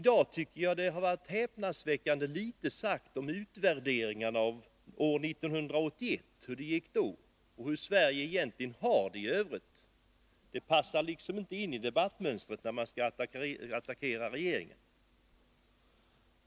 Jag tycker att det i dag har blivit häpnadsväckande litet sagt om utvärderingar av hur det gick år 1981 och av hur Sverige egentligen har det — det passar liksom inte in i debattmönstret när man skall attackera regeringen.